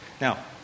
Now